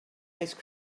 ice